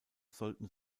sollten